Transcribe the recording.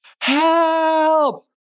Help